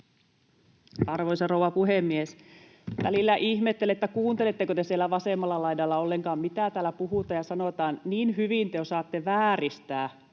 Arvoisa rouva puhemies! Välillä ihmettelen, kuunteletteko te siellä vasemmalla laidalla ollenkaan, mitä täällä puhutaan ja sanotaan. Niin hyvin te osaatte vääristää